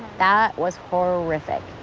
that was horrific.